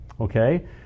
okay